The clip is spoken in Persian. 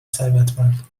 ثروتمند